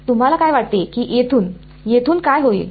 तुम्हाला काय वाटते की येथून येथून काय होईल